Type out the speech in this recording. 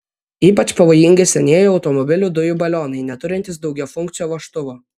ypač pavojingi senieji automobilių dujų balionai neturintys daugiafunkcio vožtuvo